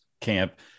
camp